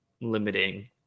limiting